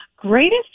Greatest